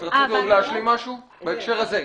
את רצית להשלים משהו בהקשר הזה?